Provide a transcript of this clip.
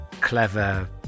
clever